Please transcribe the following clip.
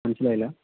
മനസിലായില്ല